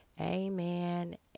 Amen